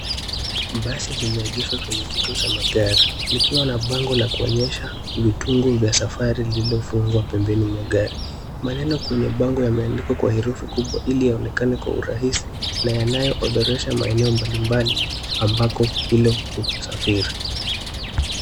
Basi limeegeshwa kwenye kituo cha magari likiwa na bango la kuonyesha vitungu vya safari lililo fungwa pembeni mwa gari. Maneno kwenye bango yameandikwa kwa herufi kubwa ili ionekane kwa urahisi na yanayo odhoresha maeneo mbalimbali ambako hilo husafiri.